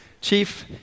Chief